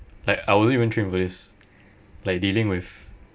like I wasn't even trained for this like dealing with